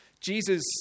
Jesus